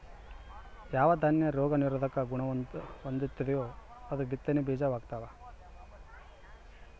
ಯಾವ ದಾನ್ಯ ರೋಗ ನಿರೋಧಕ ಗುಣಹೊಂದೆತೋ ಅದು ಬಿತ್ತನೆ ಬೀಜ ವಾಗ್ತದ